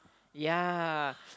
yeah